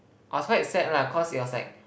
I was quite sad lah cause it was like